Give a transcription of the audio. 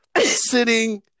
sitting